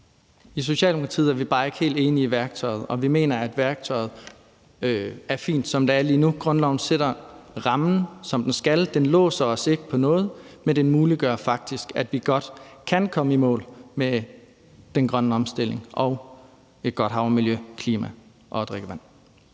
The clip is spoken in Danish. I Socialdemokratiet er vi bare ikke helt enige i værktøjet. Vi mener, at værktøjet er fint, som det er lige nu. Grundloven sætter rammen, som den skal. Den låser os ikke fast på noget, men den muliggør faktisk, at vi godt kan komme i mål med den grønne omstilling, et godt havmiljø, et godt klima og rent drikkevand.